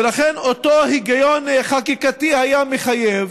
ולכן, אותו היגיון חקיקתי היה מחייב